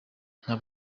nta